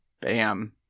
Bam